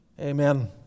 Amen